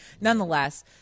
Nonetheless